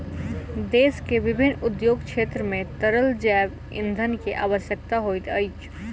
देश के विभिन्न उद्योग क्षेत्र मे तरल जैव ईंधन के आवश्यकता होइत अछि